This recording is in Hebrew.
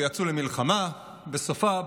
יצאו למלחמה ובסופה,